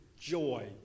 joy